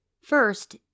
First